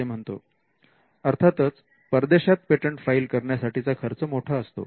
अर्थातच परदेशात patent file करण्यासाठीचा खर्च मोठा असतो